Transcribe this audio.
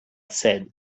said